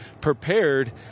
prepared